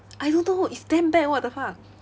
I don't know it's damn bad what the fuck